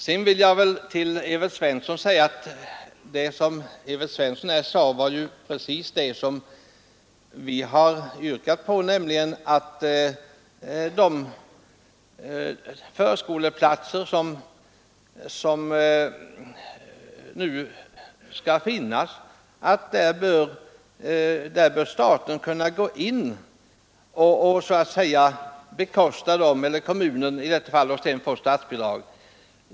Sedan vill jag till herr Svensson i Kungälv säga att det herr Svensson nämnde var precis det som vi har yrkat, nämligen att när det gäller de förskoleplatser som skall finnas bör kommunen kunna gå in och så att säga bekosta dem och sedan få statsbidrag till verksamheten.